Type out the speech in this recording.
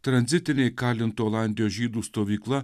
tranzitinėj kalinto olandijos žydų stovykla